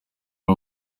aho